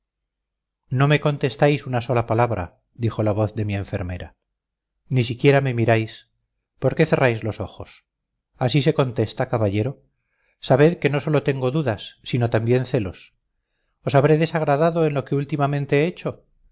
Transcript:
no me contestáis una sola palabra dijo la voz de mi enfermera ni siquiera me miráis por qué cerráis los ojos así se contesta caballero sabed que no sólo tengo dudas sino también celos os habré desagradado en lo que últimamente he hecho